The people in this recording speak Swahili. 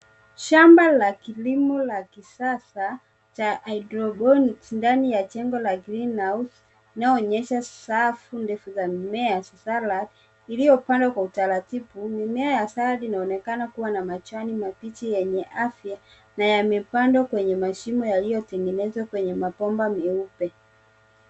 Shamba la kilimo la kisasa cha hydroponics ndani ya jengo la green house inayoonyesha safu ndefu za mimea za salad iliyopandwa kwa utaratibu . Mimea ya salad inaonekana kuwa na majani mabichi yenye afya na yamepandwa kwenye mashimo yaliyotengenezwa kwenye mabomba meupe.